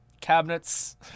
cabinets